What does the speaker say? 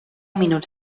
minuts